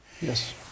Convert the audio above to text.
yes